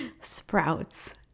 sprouts